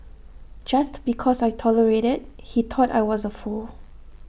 just because I tolerated he thought I was A fool